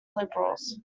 liberals